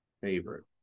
favorite